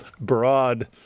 broad